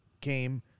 came